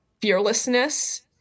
fearlessness